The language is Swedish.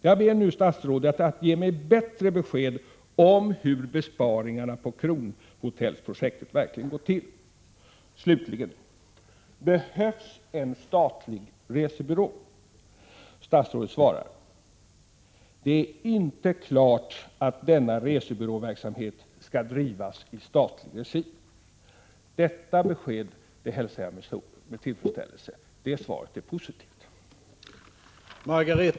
Jag ber nu statsrådet att ge mig ett bättre besked om hur besparingarna genom Kronhotellsprojektet verkligen har gått till. Behövs det slutligen en statlig resebyrå? Statsrådet svarar att det inte är klart om denna resebyråverksamhet skall drivas i statlig regi. Detta besked hälsar jag med tillfredsställelse. Det svaret är positivt.